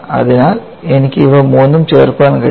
അതിനാൽ എനിക്ക് ഇവ മൂന്നും ചേർക്കാൻ കഴിയും